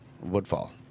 Woodfall